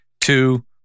two